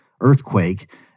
earthquake